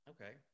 Okay